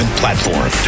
platform